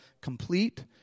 complete